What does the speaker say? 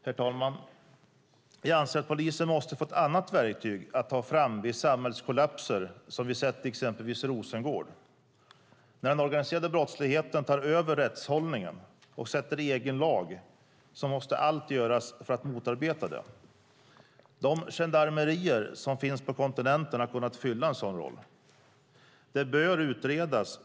Jag anser, herr talman, att polisen måste få ett annat verktyg att ta fram vid samhällskollapser som dem vi sett i exempelvis Rosengård. När den organiserade brottsligheten tar över rättshållningen och skriver egen lag måste allt göras för att motarbeta det. De gendarmerier som finns på kontinenten har kunnat fylla en sådan roll.